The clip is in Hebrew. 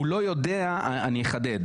אני אחדד,